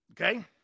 Okay